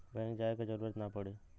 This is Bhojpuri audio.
बैंक जाये क जरूरत ना पड़ी